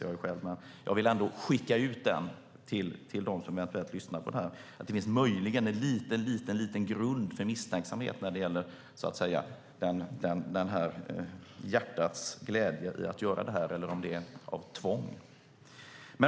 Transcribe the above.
Jag vill ändå till dem som lyssnar på debatten skicka ut frågan - att det möjligen finns en liten liten grund för misstänksamhet när det gäller denna hjärtats glädje i att göra det här eller om det handlar om tvång.